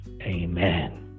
Amen